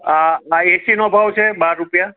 આ આ એસીનો ભાવ છે બાર રૂપિયા